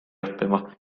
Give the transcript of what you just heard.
õppima